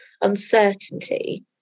uncertainty